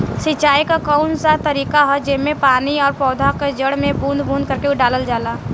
सिंचाई क कउन सा तरीका ह जेम्मे पानी और पौधा क जड़ में बूंद बूंद करके डालल जाला?